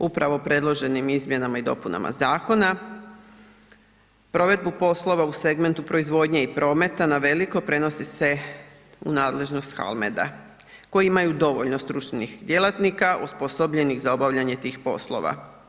Upravo predloženim izmjenama i dopunama zakona provedbu poslova u segmentu proizvodnje i prometa na veliko prenosi se u nadležnost HALMED-a koji imaju dovoljno stručnih djelatnika osposobljenih za obavljanje tih poslova.